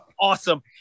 awesome